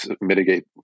mitigate